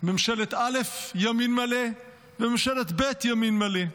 ממשלת א' ימין מלא וממשלת ב' ימין מלא.